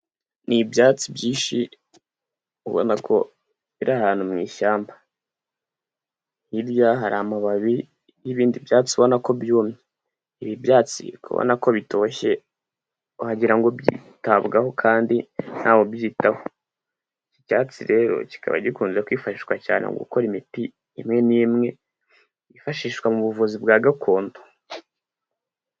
Ni ibyatsi byinshi ubona biri ahantu mu ishyamba. Hirya hari amababi y'ibindi byatsi ubona ko byumye. Ibi byatsi uri kubona ko bitoshye, wagira byitabwaho kandi ntawe ubyitaho. Iki cyatsi rero kikaba gikunze kwifashishwa cyane mu gukora imiti imwe n'imwe yifashishwa mu buvuzi bwa gakondo.